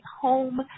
home